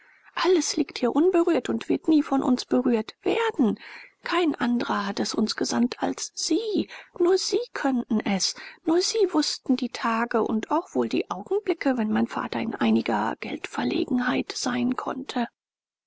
alles liegt hier unberührt und wird nie von uns berührt werden kein anderer hat es uns gesandt als sie nur sie konnten es nur sie wußten die tage und auch wohl die augenblicke wenn mein vater in einiger geldverlegenheit sein konnte